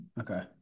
okay